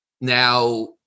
Now